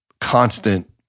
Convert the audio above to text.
constant